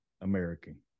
American